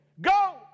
Go